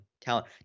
talent